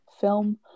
film